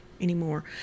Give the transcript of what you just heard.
anymore